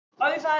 Over